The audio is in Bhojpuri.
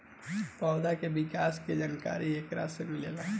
पौधा के विकास के जानकारी एकरा से मिलेला